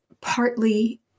partly